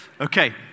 Okay